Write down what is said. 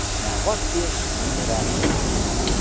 now what is rationality?